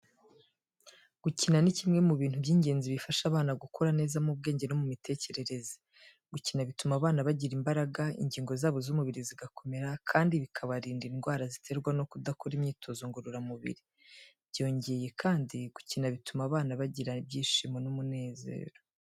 Gukina ni kimwe mu bintu by'ingenzi bifasha abana gukura neza mu bwenge no mu mitekerereze. Gukina bituma abana bagira imbaraga, ingingo zabo z'umubiri zigakomera kandi bikabarinda indwara ziterwa no kudakora imyitozo ngororamubiri. Byongeye kandi gukina bituma abana bagira ibyishimo n'umunezero.